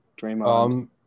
Draymond